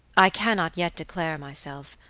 i cannot yet declare myself.